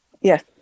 Yes